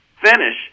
finish